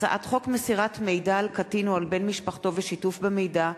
הצעת חוק מסירת מידע על קטין או על בן משפחתו ושיתוף במידע,